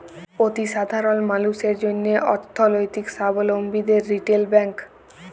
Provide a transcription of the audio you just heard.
অতি সাধারল মালুসের জ্যনহে অথ্থলৈতিক সাবলম্বীদের রিটেল ব্যাংক